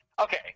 Okay